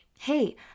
Hey